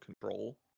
control